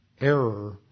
error